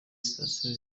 stasiyo